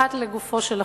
אחת לגופו של החוק,